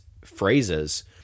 phrases